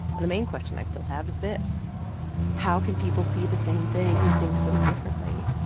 and the main question i still have is this how can people see the same thing and think so differently?